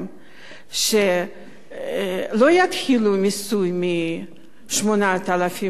שלא יתחילו את המיסוי מ-8,800 שקלים,